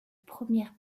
premières